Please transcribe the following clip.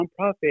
nonprofit